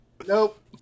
Nope